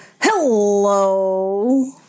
hello